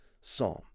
psalm